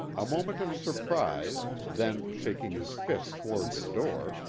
a moment of sur prise, then shaking his fist toward the door,